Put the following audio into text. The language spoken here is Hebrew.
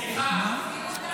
סליחה,